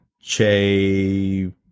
Che